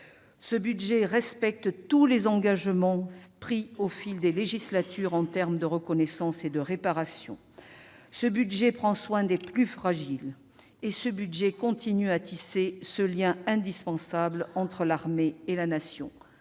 Ce budget respecte tous les engagements pris au fil des législatures en termes de reconnaissance et de réparation. C'est un budget qui prend soin des plus fragiles et qui continue à tisser le lien indispensable entre l'armée et la Nation.